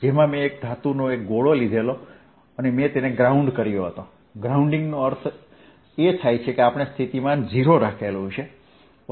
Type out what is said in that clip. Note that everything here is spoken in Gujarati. જેમાં મેં ધાતુનો એક ગોળો લીધેલો અને મેં તેને ગ્રાઉન્ડ કર્યો હતો ગ્રાઉન્ડિંગનો અર્થ એ થાય છે કે આપણે સ્થિતિમાન 0 રાખેલ છે